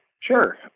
Sure